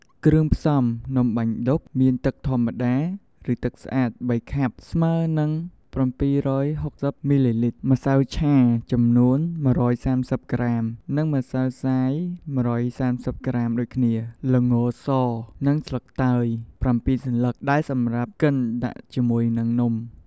គ្រឿងផ្សំនំបាញ់ឌុកមាន ទឹកធម្មតាឬទឹកស្អាត៣ខាប់ស្មើរនឹង៧៦០មីលីលីត្រ ម្សៅឆាចំនួន១៣០ក្រាម និងម្សៅខ្សាយ១៣០ក្រាមដូចគ្នា ល្ងរស និងស្លឹកតើយ៧សន្លឹកដែលសម្រាប់កិនដាក់ជាមួយនិងនំ។